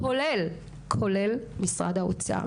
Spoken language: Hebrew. כולל על משרד האוצר.